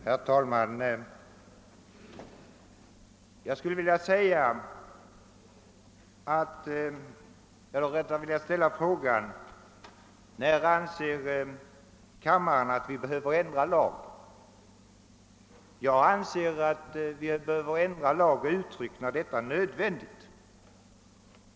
Herr talman! Jag vill ställa frågan när kammarens ledamöter anser att det finns anledning att göra lagändringar. Jag menar att vi bör ändra lagbestämmelser och uttryck endast när detta är nödvändigt.